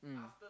mm